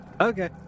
Okay